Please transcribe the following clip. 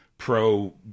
pro